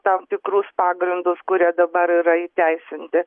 tam tikrus pagrindus kurie dabar yra įteisinti